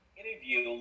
interview